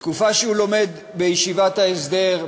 בתקופה שהוא לומד בישיבת ההסדר,